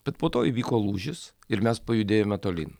bet po to įvyko lūžis ir mes pajudėjome tolyn